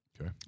okay